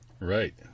Right